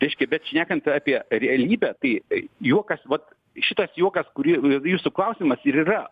reiškia bet šnekant apie realybę tai juokas vat šitas juokas kurį jūsų klausimas ir yra